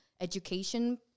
education